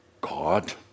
God